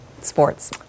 sports